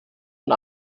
und